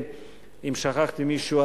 אם שכחתי מישהו,